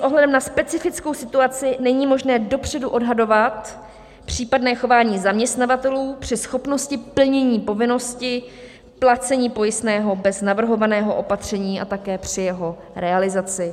Nicméně s ohledem na specifickou situaci není možné dopředu odhadovat případné chování zaměstnavatelů při schopnosti plnění povinnosti placení pojistného bez navrhovaného opatření a také při jeho realizaci.